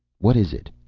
what is it?